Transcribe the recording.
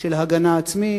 של הגנה עצמית.